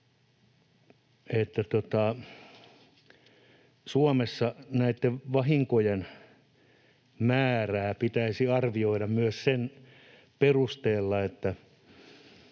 Suomessa näitten vahinkojen määrää pitäisi arvioida myös sen perusteella,